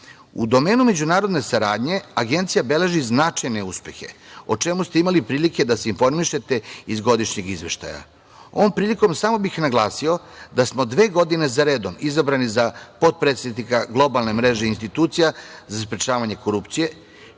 domenu međunarodne saradnje Agencija beleži značajne uspehe, o čemu ste imali prilike da se informišete iz Godišnjeg izveštaja. Ovom prilikom samo bih naglasio da smo dve godine za redom izabrani za potpredsednika Globalne mreže institucija za sprečavanje korupcije,